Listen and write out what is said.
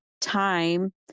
time